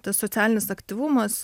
tas socialinis aktyvumas